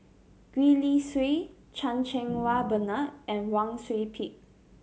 Gwee Li Sui Chan Cheng Wah Bernard and Wang Sui Pick